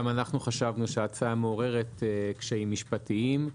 אנחנו חשבנו שההצעה מעוררת קשיים משפטיים.